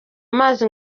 amazi